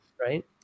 right